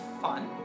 fun